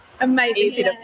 Amazing